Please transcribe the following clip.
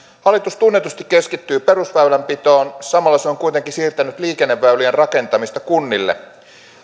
hallitus tunnetusti keskittyy perusväylänpitoon samalla se on on kuitenkin siirtänyt liikenneväylien rakentamista kunnille